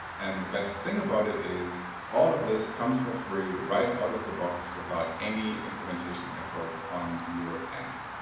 and the best thing about it is all of this comes for free right out of the box without any implementation effort on your end.